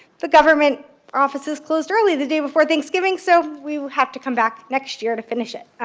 the government offices closed early the day before thanksgiving, so we have to come back next year to finish it.